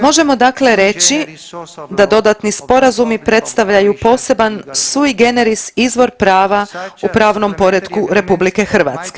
Možemo dakle reći da dodatni sporazumi predstavljaju posebni sui generis izvor prava u pravnom poretku RH.